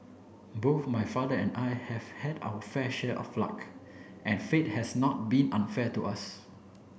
both my father and I have had our fair share of luck and fate has not been unfair to us